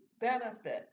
benefit